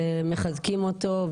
מחזקים אותו,